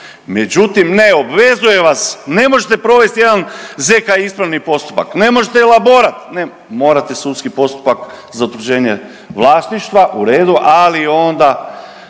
Međutim, ne obvezuje vas ne možete provesti jedan zk ispravni postupak, ne možete elaborat, morate sudski postupak za utvrđenje vlasništva, u redu, ali onda